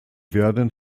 werden